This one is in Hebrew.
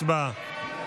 הצבעה.